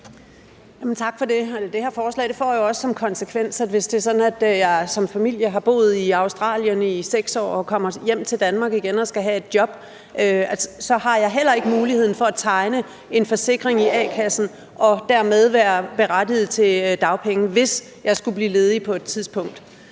Tak for det. Det her forslag får jo også som konsekvens, at hvis man som familie har boet i Australien i 6 år og kommer hjem igen til Danmark og skal have et job, har man heller ikke mulighed for at tegne en forsikring i a-kassen og dermed være berettiget til dagpenge, hvis man på et tidspunkt